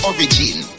Origin